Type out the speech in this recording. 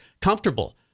comfortable